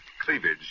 cleavage